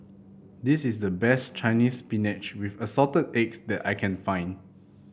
this is the best Chinese Spinach with Assorted Eggs that I can find